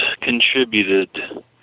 contributed